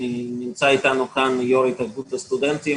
נמצא איתנו כאן יושב-ראש התאחדות הסטודנטים